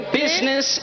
business